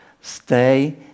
stay